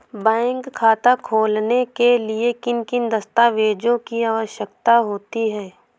Bank खाता खोलने के लिए किन दस्तावेजों की आवश्यकता होती है?